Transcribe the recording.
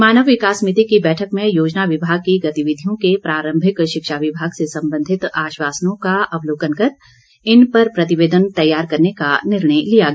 मानव विकास समिति की बैठक में योजना विभाग की गतिविधियों की प्रारम्भिक शिक्षा विभाग से सम्बन्धित आश्वासनों का अवलोकन कर इन पर प्रतिवेदन तैयार करने का निर्णय लिया गया